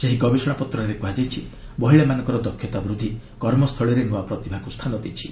ସେହି ଗବେଷଣାପତ୍ରରେ କୁହାଯାଇଛି ମହିଳାମାନଙ୍କର ଦକ୍ଷତା ବୃଦ୍ଧି କର୍ମସ୍ଥଳୀରେ ନୂଆ ପ୍ରତିଭାକୁ ସ୍ଥାନ ଦେଇଛି